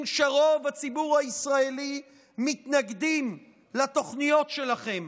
שרוב הציבור הישראלי מתנגדים לתוכניות שלכם,